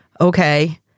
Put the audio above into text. okay